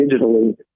digitally